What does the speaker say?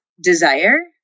desire